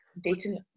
dating